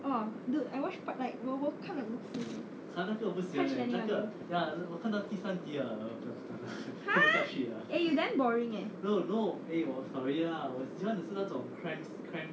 oh dude I watched quite like 我我看了很多次 leh crash landing !huh! eh you damn boring leh